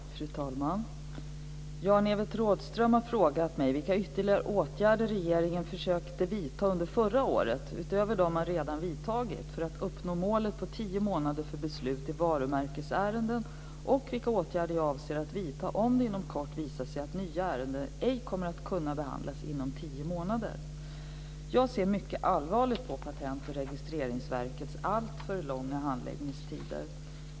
Fru talman! Jan-Evert Rådhström har frågat vilka ytterligare åtgärder regeringen försökte vidta under förra året, utöver dem man redan vidtagit, för att uppnå målet på tio månader för beslut i varumärkesärenden, och vilka åtgärder jag avser att vidta om det inom kort visar sig att nya ärenden ej kommer att kunna behandlas inom tio månader. Jag ser mycket allvarligt på Patent och registreringsverkets alltför långa handläggningstider.